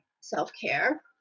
self-care